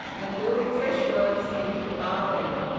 and build fresh works into the bargain.